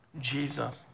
Jesus